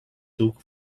took